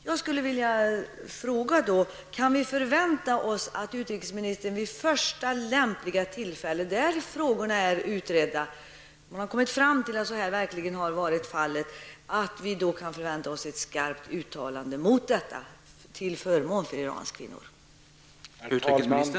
Jag skulle vilja fråga: Kan vi förvänta oss att utrikesministern vid första lämpliga tillfälle, när frågorna är utredda och man har kommit fram till att det verkligen förhåller sig på det sätt som har beskrivits, gör ett skarpt uttalande, till förmån för Irans kvinnor?